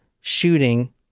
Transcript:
shooting